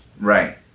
Right